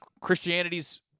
Christianity's